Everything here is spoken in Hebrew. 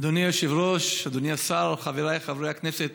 אדוני היושב-ראש, אדוני השר, חבריי חברי הכנסת